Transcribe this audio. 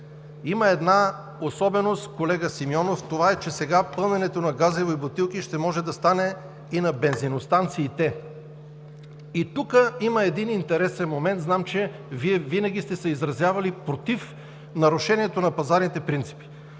Има една особеност, колега Симеонов, тя е, че сега пълненето на газови бутилки ще може да стане и на бензиностанциите. Тук има един интересен момент. Знам, че Вие винаги сте се изразявали против нарушението на пазарните принципи.